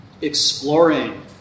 exploring